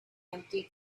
empty